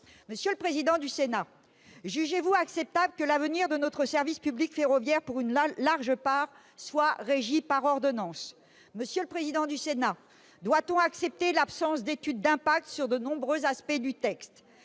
Monsieur le président, jugez-vous acceptable que l'avenir de notre service public ferroviaire soit, pour une large part, défini par ordonnances ? Monsieur le président, doit-on accepter l'absence d'étude d'impact sur de nombreux aspects du texte ?